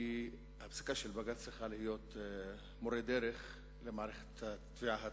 הפסיקה של בג"ץ צריכה להיות מורה דרך למערכת התביעה הצבאית.